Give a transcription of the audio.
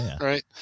right